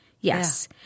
yes